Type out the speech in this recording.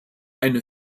eine